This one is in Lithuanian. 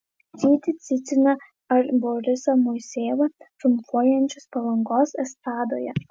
rytį ciciną ar borisą moisejevą triumfuojančius palangos estradoje